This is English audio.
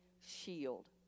shield